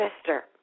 sister